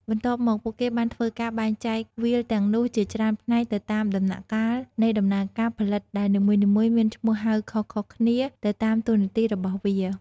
បន្ទាប់មក ពួកគេបានធ្វើការបែងចែកវាលទាំងនោះជាច្រើនផ្នែកទៅតាមដំណាក់កាលនៃដំណើរការផលិតដែលនីមួយៗមានឈ្មោះហៅខុសៗគ្នាទៅតាមតួនាទីរបស់វា។